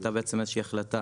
הייתה החלטה